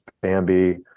Bambi